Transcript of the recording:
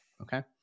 Okay